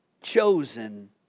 chosen